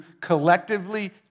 collectively